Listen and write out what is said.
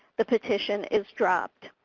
the petition is dropped.